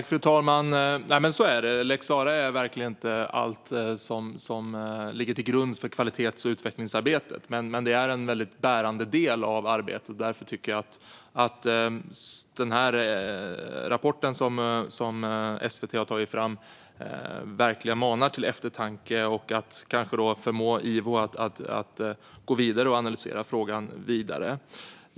Fru talman! Ja, så är det. Lex Sarah är verkligen inte allt som ligger till grund för kvalitets och utvecklingsarbetet. Men det är en väldigt bärande del av arbetet. Därför tycker jag att den rapport som SVT har tagit fram verkligen manar till eftertanke och kanske förmår IVO att analysera frågan vidare.